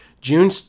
June